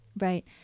right